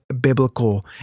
biblical